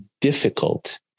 difficult